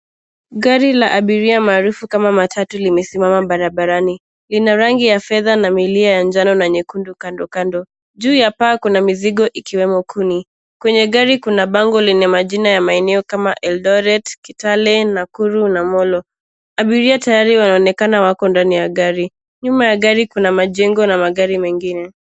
Gari la abiria maarufu kama matatu limesimama barabarani. Lina rangi ya fedha na milia ya njano na nyekundu kando kando. Juu ya paa kuna mizigo ikiwemo kuni. Kwenye gari kuna bango lenye majina ya maeneo kama eldoret, kitale, Nakuru, na molo. Abiria tayari wanaonekana wako ndani ya gari. Nyuma ya gari kuna majengo na magari mengine.